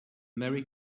merry